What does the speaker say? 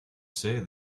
say